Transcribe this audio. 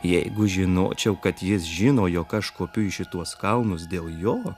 jeigu žinočiau kad jis žino jog aš kopiu į šituos kalnus dėl jo